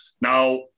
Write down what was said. now